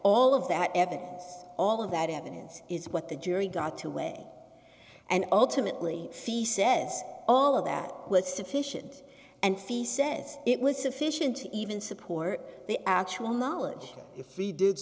all of that evidence all of that evidence is what the jury got to read and ultimately the says all of that was sufficient and fi says it was sufficient even support the actual knowledge if we did